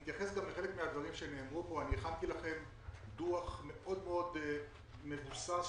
הכנתי לכם דוח מאוד-מאוד מבוסס,